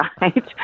right